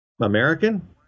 American